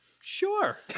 Sure